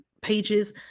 pages